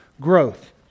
growth